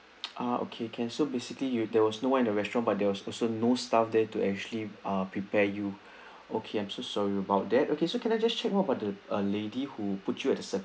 ah okay can so basically you there was no one in the restaurant but there was also no staff there to actually ah prepare you okay I'm so sorry about that okay so can I just check what about the err lady who put you at the